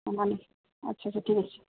अँ भन्नु अच्छा अच्छा ठिकै छ